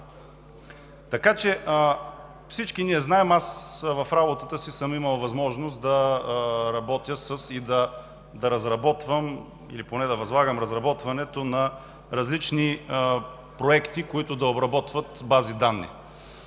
бюлетини и така нататък. В работата си съм имал възможност да работя и да разработвам или поне да възлагам разработването на различни проекти, които да обработват бази данни.